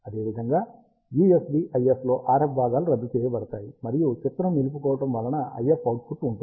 అదేవిధంగా USB IF లో RF భాగాలు రద్దు చేయబడతాయి మరియు చిత్రం నిలుపుకోవడం వలన IF అవుట్పుట్ ఉంటుంది